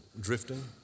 drifting